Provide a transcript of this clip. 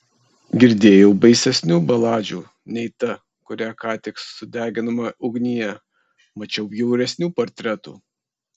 girdėjau baisesnių baladžių nei ta kurią ką tik sudeginome ugnyje mačiau bjauresnių portretų